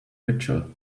mitchell